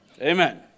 Amen